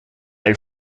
elle